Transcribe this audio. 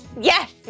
Yes